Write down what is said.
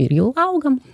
ir jau augam